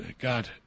God